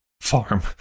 farm